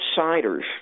outsiders